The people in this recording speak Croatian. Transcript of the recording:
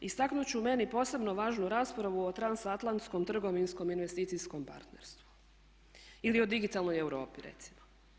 Istaknuti ću meni posebno važnu raspravu o transatlanskom trgovinskom investicijskom partnerstvu ili o digitalnoj Europi recimo.